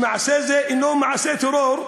שמעשה זה אינו מעשה טרור,